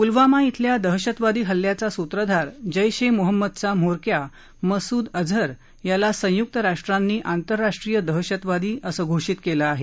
प्लवामा इथल्या दहशतवादी हल्ल्याचा सूत्रधार जैश ए मोहम्मदचा म्होरक्या मसूद अझहर याला संय्क्त राष्ट्रांनी आंतरराष्ट्रीय दहशतवादी घोषित केलं आहे